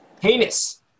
heinous